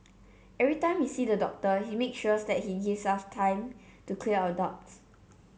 every time we see the doctor he make sure that he gives us time to clear our doubts